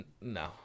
no